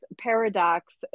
paradox